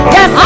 Yes